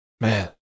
Man